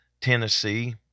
Tennessee